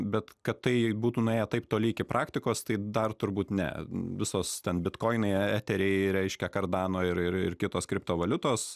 bet kad tai būtų nuėję taip toli iki praktikos tai dar turbūt ne visos ten bitkoinai eteriai reiškia kardano ir ir ir kitos kriptovaliutos